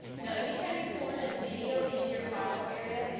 now any time you pull in a video into your files area,